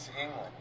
England